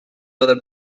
other